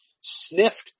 sniffed